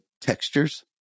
textures